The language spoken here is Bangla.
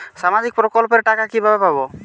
সামাজিক প্রকল্পের টাকা কিভাবে পাব?